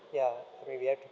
ya I mean we act